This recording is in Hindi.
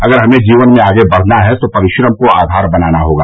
अगर हमें जीवन में आगे बढ़ना है तो परिश्रम को आधार बनाना होगा